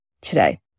today